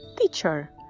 Teacher